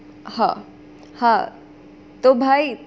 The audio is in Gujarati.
હા હા તો ભાઈ